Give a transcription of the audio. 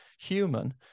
human